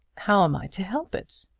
how am i to help it?